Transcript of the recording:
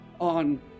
on